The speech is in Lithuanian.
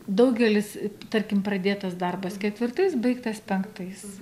daugelis tarkim pradėtas darbas ketvirtais baigtas penktais